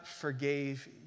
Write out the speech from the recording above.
forgave